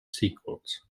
sequels